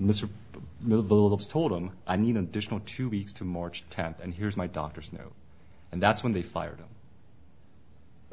of told him i need an additional two weeks to march tenth and here's my doctor's know and that's when they fired up